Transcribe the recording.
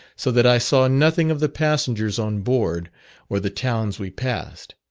so that i saw nothing of the passengers on board or the towns we passed.